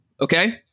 Okay